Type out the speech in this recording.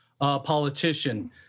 Politician